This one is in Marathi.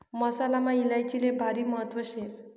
मसालामा इलायचीले भारी महत्त्व शे